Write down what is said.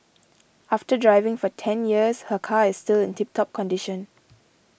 after driving for ten years her car is still in tip top condition